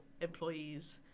employees